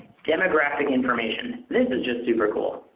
demographic information. this is just super cool.